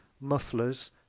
Mufflers